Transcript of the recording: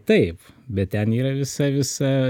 taip bet ten yra visa visa